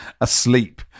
Asleep